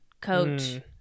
coach